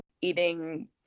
Eating